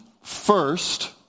First